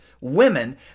women